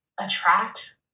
attract